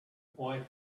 boy